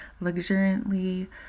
luxuriantly